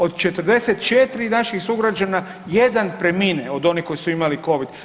Od 44 naših sugrađana jedan premine od oni koji su imali Covid.